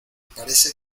parece